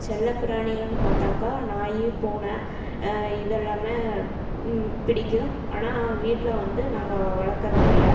செல்லப்பிராணிகள்னு பார்த்தாக்கா நாய் பூனை இதெல்லாமே பிடிக்கும் ஆனால் வீட்டில் வந்து நாங்கள் வளர்க்குறதில்ல